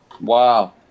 wow